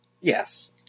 Yes